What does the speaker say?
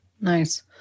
Nice